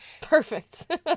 Perfect